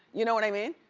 you know what i mean?